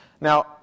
Now